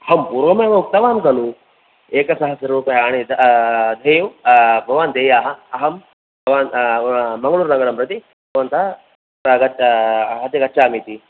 अहं पूर्वमेव उक्तवान् खलु एकसहस्र रूप्यकाणि देयम् भवान् देयाः अहं भवान् मङ्गलूरुनगरं प्रति भवन्तः अद्य गच्छामि इति